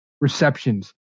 receptions